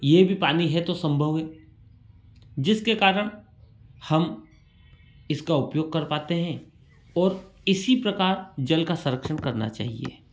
ये भी पानी है तो सम्भव है जिसके कारण हम इसका उपयोग कर पाते हैं और इसी प्रकार जल का संरक्षण करना चाहिए